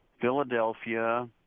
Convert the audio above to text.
Philadelphia